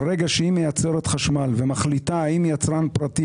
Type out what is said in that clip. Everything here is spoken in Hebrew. כי ברגע שהיא מייצרת חשמל ומחליטה האם יצרן פרטי,